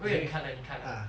因为你看啊你看啊